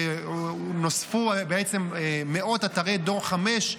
בעצם נוספו מאות אתרי דור 5,